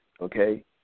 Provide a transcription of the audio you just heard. Okay